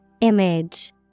Image